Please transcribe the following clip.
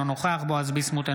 אינו נוכח בועז ביסמוט,